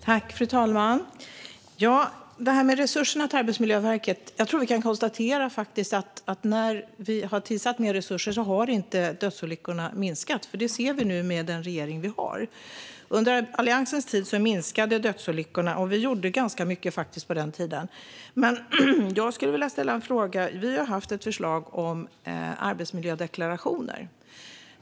Fru talman! När det gäller resurserna till Arbetsmiljöverket kan vi konstatera att dödsolyckorna inte har minskat när vi har tillsatt mer resurser. Det ser vi i och med den regering vi nu har. Under Alliansens tid minskade dödsolyckorna, och vi gjorde mycket på den tiden. Jag vill ställa en fråga. Kristdemokraterna har haft ett förslag om arbetsmiljödeklarationer.